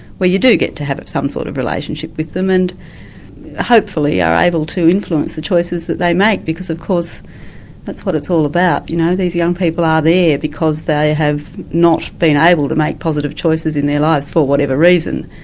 where you do get to have some sort of relationship with them, and hopefully are able to influence the choices that they make, because of course that's what it's all about. you know these young people ah are there because they have not been able to make positive choices in their lives, for whatever reason,